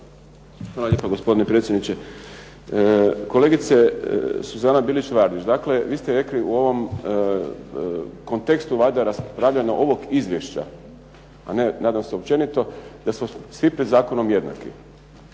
lijepa gospodine predsjedniče. Kolegice Suzana Bilić-Vardić dakle vi ste rekli u ovom kontekstu valjda raspravljanja ovog izvješća, a ne nadam se općenito da smo svi pred zakonom jednaki.